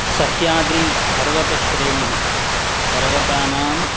सह्याद्रिपर्वतश्रेणी पर्वतानां